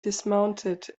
dismounted